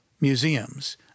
museums